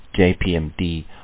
JPMD